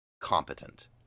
competent